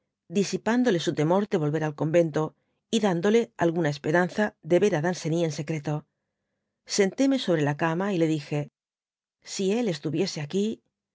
disipándole su temor de volver al convento y dándole alguna esperanza de ver á danceny en secreto sentéme sobre la cama y le dije si él estuviese aquí